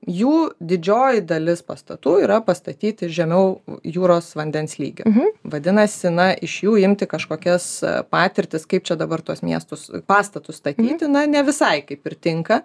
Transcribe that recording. jų didžioji dalis pastatų yra pastatyti žemiau jūros vandens lygio vadinasi na iš jų imti kažkokias patirtis kaip čia dabar tuos miestus pastatus statyti na ne visai kaip ir tinka